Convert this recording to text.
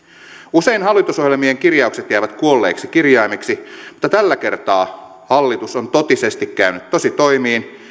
usein hallitusohjelmien kirjaukset jäävät kuolleiksi kirjaimiksi mutta tällä kertaa hallitus on totisesti käynyt tositoimiin